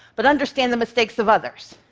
but understand the mistakes of others.